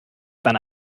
dann